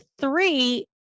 three